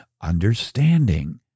Understanding